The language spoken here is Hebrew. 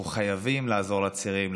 אנחנו חייבים לעזור לצעירים,